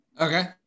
Okay